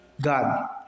God